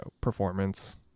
performance